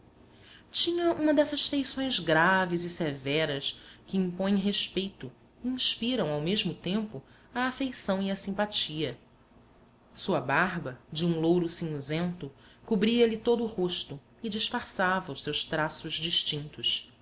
tinha uma dessas feições graves e severas que impõem respeito e inspiram ao mesmo tempo a afeição e a simpatia sua barba de um louro cinzento cobria-lhe todo o rosto e disfarçava os seus traços distintos